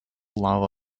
lava